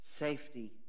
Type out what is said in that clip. Safety